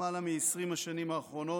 למעלה מ-20 השנים האחרונות,